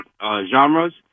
genres